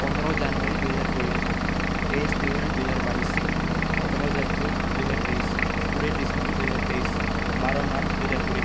ପନ୍ଦର ଜାନୁଆରୀ ଦୁଇହଜାର କୋଡ଼ିଏ ତେଇଶ ଫେବୃୟାରୀ ଦୁଇହଜାର ବାଇଶ ସତର ଜୁନ୍ ଦୁଇହଜାର ତେଇଶ କୋଡ଼ିଏ ଡ଼ିସେମ୍ବର ଦୁଇହଜାର ତେଇଶ ବାର ମାର୍ଚ୍ଚ ଦୁଇହଜାର କୋଡ଼ିଏ